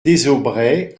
désaubrais